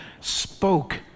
spoke